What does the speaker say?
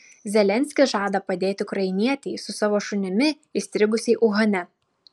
zelenskis žada padėti ukrainietei su savo šunimi įstrigusiai uhane